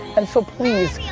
and so, please.